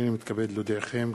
הנני מתכבד להודיעכם,